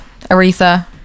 Aretha